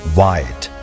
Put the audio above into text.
white